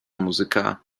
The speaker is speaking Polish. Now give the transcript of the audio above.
muzyka